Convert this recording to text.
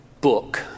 book